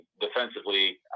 Defensively